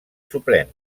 suprem